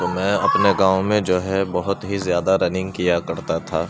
تو میں اپنے گاؤں میں جو ہے بہت ہی زیادہ رننگ کیا کرتا تھا